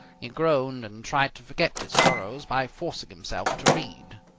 he groaned and tried to forget his sorrows by forcing himself to read.